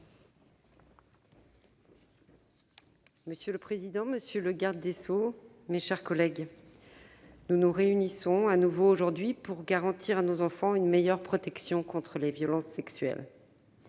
Monsieur le président, monsieur le garde des sceaux, mes chers collègues, nous nous réunissons, de nouveau, aujourd'hui pour garantir à nos enfants une meilleure protection contre les violences sexuelles.